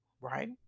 right